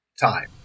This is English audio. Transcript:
time